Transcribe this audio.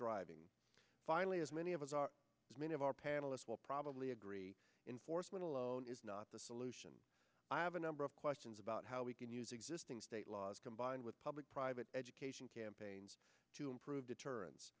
driving finally as many of us are many of our panelists will probably agree in force when alone is not the solution i have a number of questions about how we can use existing state laws combined with public private education campaigns to improve deterrence